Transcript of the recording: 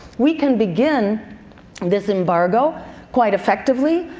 we can begin this embargo quite effectively.